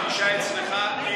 הפגישה אצלך,